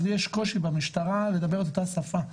אז יש קושי במשטרה דבר את אותה שפה,